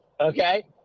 Okay